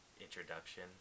introduction